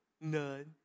None